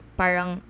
parang